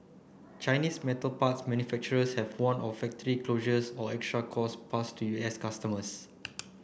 Chinese metal parts manufacturers have warned of factory closures or extra costs pass to U S customers